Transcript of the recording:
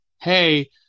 hey